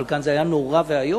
אבל כאן זה היה נורא ואיום,